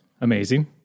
amazing